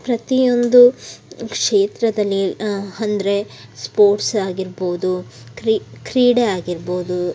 ಪ್ರತಿಯೊಂದು ಕ್ಷೇತ್ರದಲ್ಲಿ ಅಂದ್ರೆ ಸ್ಪೋರ್ಟ್ಸ್ ಆಗಿರ್ಬೋದು ಕ್ರೀಡೆ ಆಗಿರ್ಬೋದು